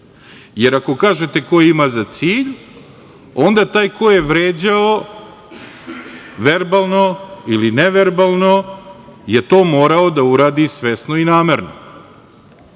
jer ako kažete „koje ima za cilj“ onda taj ko je vređao verbalno ili neverbalno je to morao da uradi svesno i namerno.